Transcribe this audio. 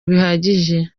bihagije